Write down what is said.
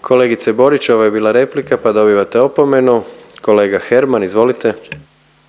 Kolegice Borić ovo je bila replika pa dobivate opomenu. Kolega Herman izvolite.